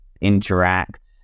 interact